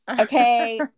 Okay